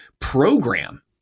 program